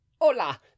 hola